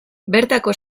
bertako